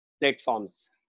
platforms